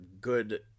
good